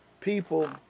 people